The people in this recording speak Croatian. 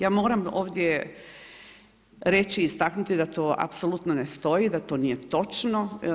Ja moram ovdje reći i istaknuti da to apsolutno ne stoji, da to nije točno.